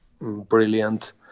brilliant